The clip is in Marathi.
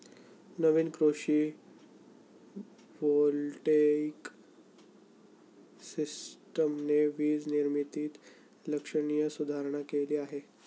नवीन कृषी व्होल्टेइक सिस्टमने वीज निर्मितीत लक्षणीय सुधारणा केली आहे